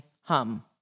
Hum